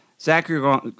Zachary